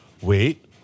wait